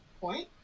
point